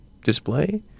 display